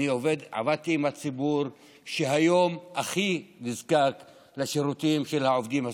עבדתי עם הציבור שהיום הכי נזקק לשירותים של העובדים הסוציאליים.